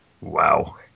Wow